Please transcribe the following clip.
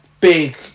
big